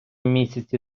місяці